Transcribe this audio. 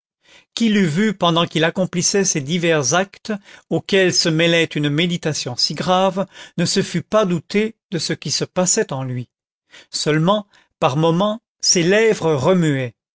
qui l'eût vu pendant qu'il accomplissait ces divers actes auxquels se mêlait une méditation si grave ne se fût pas douté de ce qui se passait en lui seulement par moments ses lèvres